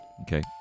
okay